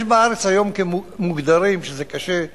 יש בארץ היום, מוגדרים, שזה קשה,